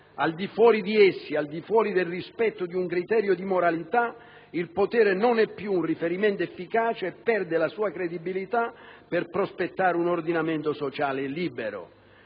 Al di fuori di essi, al di fuori del rispetto di un criterio di moralità, il potere non è più un riferimento efficace e perde la sua credibilità, per prospettare un ordinamento sociale libero».